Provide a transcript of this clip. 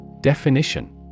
Definition